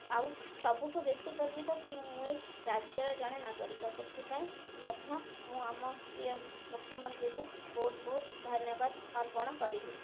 ଆଉ ସବୁଠୁ ବେଶୀ ଗର୍ବିତ କି ମୁଁ ଏହି ରାଜ୍ୟର ଜଣେ ନାଗରିକ ସେଥିପାଇଁ ମଧ୍ୟ ମୁଁ ଆମ ପ୍ରିୟ ମୁଖ୍ୟମନ୍ତ୍ରୀଙ୍କୁ ବହୁତ ବହୁତ ଧନ୍ୟବାଦ ଅର୍ପଣ କରିବି